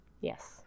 Yes